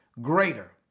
greater